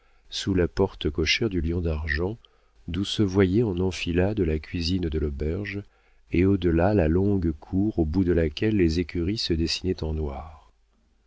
sous la porte cochère du lion d'argent d'où se voyaient en enfilade la cuisine de l'auberge et au delà la longue cour au bout de laquelle les écuries se dessinaient en noir